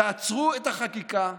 תעצרו את החקיקה,